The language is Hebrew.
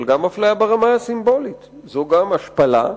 אבל גם אפליה ברמה הסימבולית, זו גם השפלה,